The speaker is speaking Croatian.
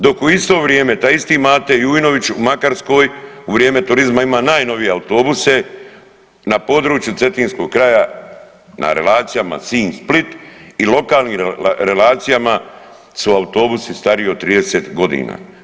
Dok u isto vrijeme taj isti Mate Jujnović u Makarskoj u vrijeme turizma ima najnovije autobuse, na području cetinskog kraja, na relacijama Sinj-Split i lokalnim relacijama su autobusi stariji od 30 godina.